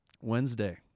Wednesday